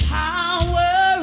power